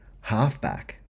halfback